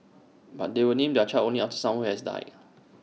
but they will name their child only after someone who has died